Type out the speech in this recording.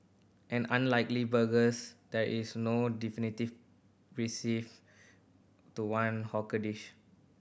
and unlikely burgers there is no one definitive recipe to one hawker dish